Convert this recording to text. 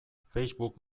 facebook